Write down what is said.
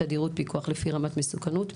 פיקוח תדירות לפי רמת מסוכנות,